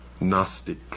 Gnostic